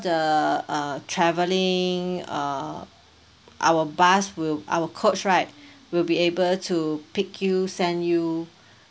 the uh travelling uh our bus will our coach right will be able to pick you send you